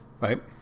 Right